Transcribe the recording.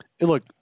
look